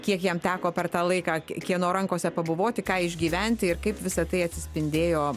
kiek jam teko per tą laiką kieno rankose pabuvoti ką išgyventi ir kaip visa tai atsispindėjo